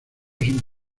sin